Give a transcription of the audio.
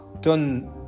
done